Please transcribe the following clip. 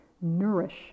nourish